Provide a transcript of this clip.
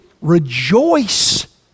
rejoice